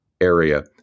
area